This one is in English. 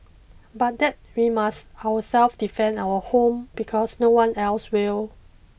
but that we must ourselves defend our own home because no one else will